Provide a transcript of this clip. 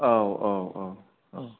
औ औ औ